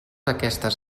aquestes